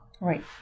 Right